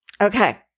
Okay